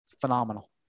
Phenomenal